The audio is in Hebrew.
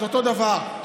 זה אותו דבר, לא אותו דבר.